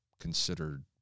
considered